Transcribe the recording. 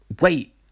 wait